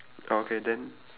okay then